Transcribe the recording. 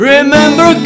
Remember